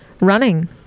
running